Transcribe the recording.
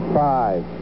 five